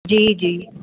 जी जी